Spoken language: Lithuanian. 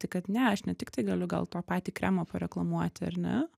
tai kad ne aš ne tiktai galiu gal tą patį kremą pareklamuoti ar ne